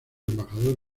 embajador